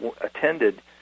attended